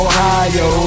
Ohio